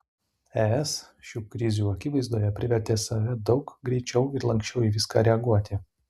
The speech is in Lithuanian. es šių krizių akivaizdoje privertė save daug greičiau ir lanksčiau į viską reaguoti